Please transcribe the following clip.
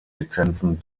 lizenzen